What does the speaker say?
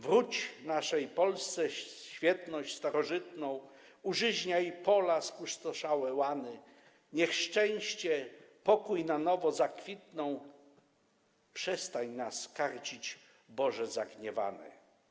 Wróć naszej Polsce świetność starożytną, użyźniaj pola, spustoszałe łany, niech szczęście, pokój na nowo zakwitną, przestań nas karcić, Boże zagniewany.